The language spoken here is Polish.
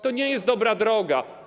To nie jest dobra droga.